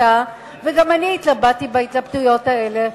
כיתה וגם אני התלבטתי את ההתלבטויות האלה,